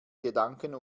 gedanken